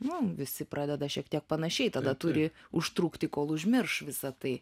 nu visi pradeda šiek tiek panašiai tada turi užtrukti kol užmirš visa tai